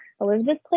Elizabeth